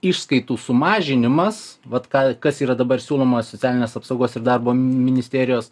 išskaitų sumažinimas vat ką kas yra dabar siūloma socialinės apsaugos ir darbo ministerijos